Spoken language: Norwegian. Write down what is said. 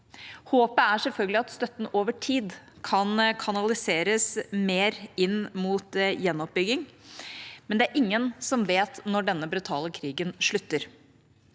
Håpet er selvfølgelig at støtten over tid kan kanaliseres mer inn mot gjenoppbygging, men det er ingen som vet når denne brutale krigen slutter.